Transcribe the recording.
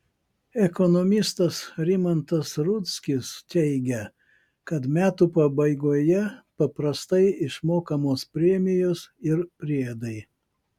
ekonomistas rimantas rudzkis teigia kad metų pabaigoje paprastai išmokamos premijos ir priedai